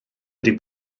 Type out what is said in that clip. wedi